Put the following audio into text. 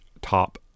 top